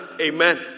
amen